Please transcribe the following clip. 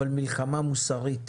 אבל מלחמה מוסרית.